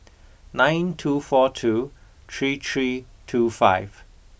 nine two four two three three two five